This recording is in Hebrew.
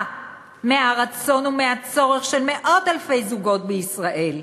מהרצון ומהצורך של מאות-אלפי זוגות בישראל.